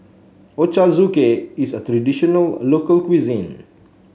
Ochazuke is a traditional local cuisine